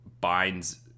binds